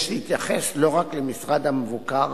יש לא רק להתייחס למשרד המבוקר